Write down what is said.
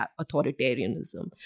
authoritarianism